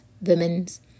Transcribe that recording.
women's